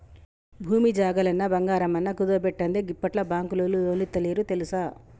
భూమి జాగలన్నా, బంగారమన్నా కుదువబెట్టందే గిప్పట్ల బాంకులోల్లు లోన్లిత్తలేరు తెల్సా